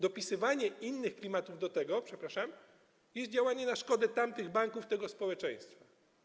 Dopisywanie innych klimatów do tego, przepraszam, jest działaniem na szkodę tamtych banków, takiego społeczeństwa.